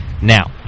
Now